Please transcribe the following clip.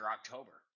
October